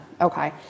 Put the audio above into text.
okay